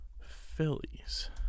Phillies